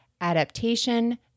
Adaptation